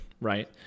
right